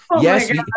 Yes